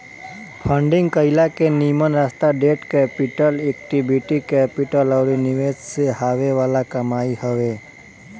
funding कईला के निमन रास्ता डेट कैपिटल, इक्विटी कैपिटल अउरी निवेश से हॉवे वाला कमाई हवे